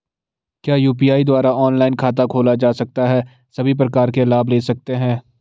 क्या यु.पी.आई द्वारा ऑनलाइन खाता खोला जा सकता है सभी प्रकार के लाभ ले सकते हैं?